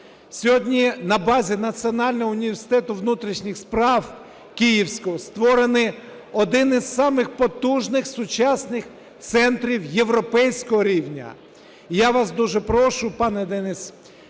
Сьогодні на базі Національного університету внутрішніх справ київського створено один із самих потужних сучасних центрів європейського рівня. І я вас дуже прошу, пане Денис,